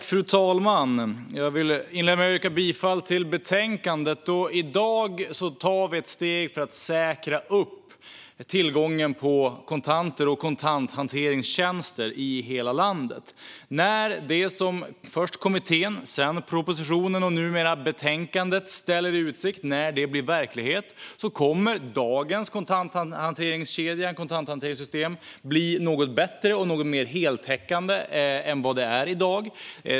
Fru talman! Jag vill inleda med att yrka bifall till förslaget i betänkandet. I dag tar vi ett steg för att säkra tillgången på kontanter och kontanthanteringstjänster i hela landet. När det som ställts i utsikt i först kommittén, sedan propositionen och nu betänkandet blir verklighet kommer kontanthanteringskedjan och kontanthanteringssystemet att bli något bättre och något mer heltäckande än det är i dag.